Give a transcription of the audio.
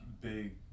big